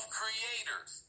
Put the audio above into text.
creators